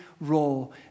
role